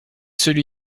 celui